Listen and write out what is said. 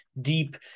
deep